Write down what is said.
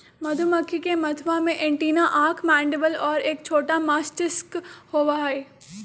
मधुमक्खी के मथवा में एंटीना आंख मैंडीबल और एक छोटा मस्तिष्क होबा हई